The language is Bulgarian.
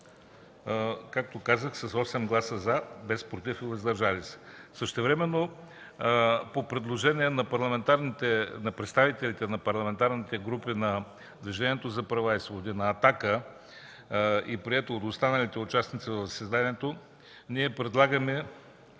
е прието с 8 гласа „за”, без „против” и „въздържали се”.” Същевременно по предложение на представителите на парламентарните групи на Движението за права и свободи и на „Атака”, прието от останалите участници в заседанието, ние предлагаме